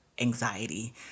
Anxiety